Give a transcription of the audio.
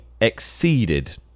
exceeded